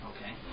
Okay